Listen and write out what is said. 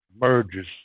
merges